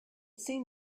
seen